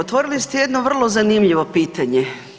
Otvorili ste jedno vrlo zanimljivo pitanje.